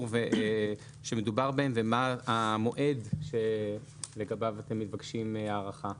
שמדובר בהן ומה המועד שלגביו אתם מבקשים הארכה?